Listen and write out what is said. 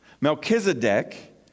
Melchizedek